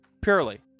Purely